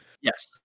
yes